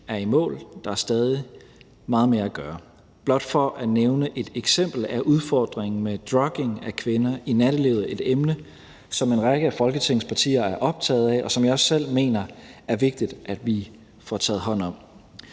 er i mål. Der er stadig meget mere at gøre. Blot for at nævne et eksempel er udfordringen med drugging af kvinder i nattelivet et emne, som en række af Folketingets partier er optaget af, og som jeg også selv mener er vigtigt at vi får taget hånd om.